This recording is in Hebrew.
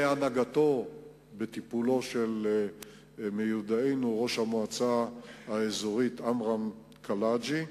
בהנהגתו ובטיפולו של מיודענו ראש המועצה האזורית עמרם קלעג'י,